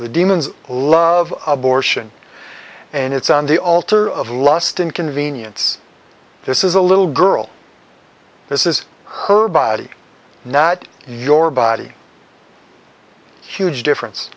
the demons love abortion and it's on the altar of lust and convenience this is a little girl this is her body not your body huge difference